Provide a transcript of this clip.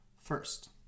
first